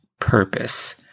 purpose